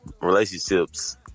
Relationships